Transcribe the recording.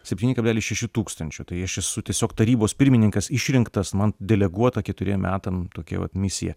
septyni kablelis šeši tūkstančio tai aš esu tiesiog tarybos pirmininkas išrinktas man deleguota keturiem metam tokia vat misija